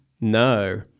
No